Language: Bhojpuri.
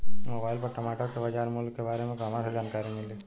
मोबाइल पर टमाटर के बजार मूल्य के बारे मे कहवा से जानकारी मिली?